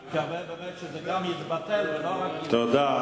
אני מקווה באמת שזה גם יתבטל ולא רק יידחה.